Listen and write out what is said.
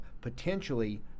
potentially